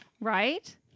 Right